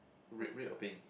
red red or pink